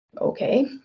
okay